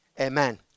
Amen